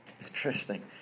interesting